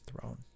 throne